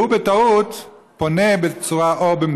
והוא בטעות פונה בצורה לא נכונה,